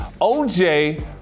OJ